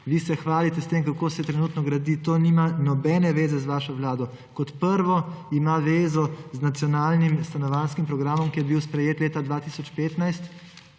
Vi se hvalite s tem, kako se trenutno gradi. To nima nobene zveze z vašo vlado. Kot prvo ima zvezo z Nacionalnim stanovanjskim programom, ki je bil sprejet leta 2015